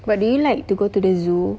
but do you like to go to the zoo